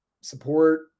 support